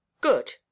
good